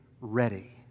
ready